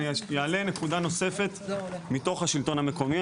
אני אעלה נקודה נוספת מתוך השלטון המקומי.